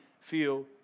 feel